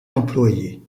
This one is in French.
employés